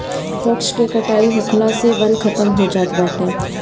वृक्ष के कटाई होखला से वन खतम होत जाता